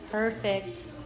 Perfect